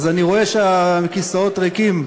אז אני רואה שהכיסאות ריקים,